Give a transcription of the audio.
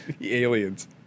Aliens